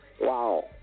Wow